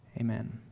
Amen